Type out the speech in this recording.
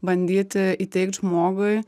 bandyti įteigt žmogui